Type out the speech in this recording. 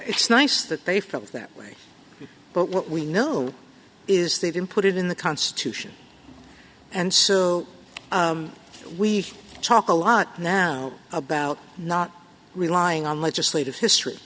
it's nice that they felt that way but what we know is they then put it in the constitution and so we talk a lot now about not relying on legislative history